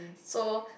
so